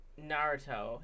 Naruto